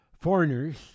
foreigners